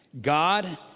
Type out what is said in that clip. God